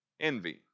Envy